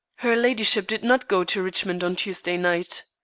her ladyship did not go to richmond on tuesday night.